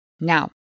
Now